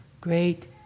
great